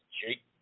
Jake